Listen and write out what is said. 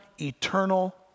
eternal